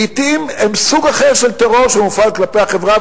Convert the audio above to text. לעתים הם סוג אחר של טרור שמופעל כלפי החברה,